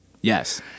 yes